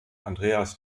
andreas